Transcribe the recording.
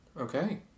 Okay